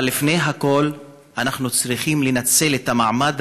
אבל לפני הכול אנחנו צריכים לנצל את המעמד